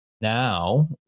now